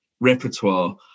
repertoire